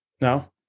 no